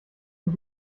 und